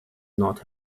not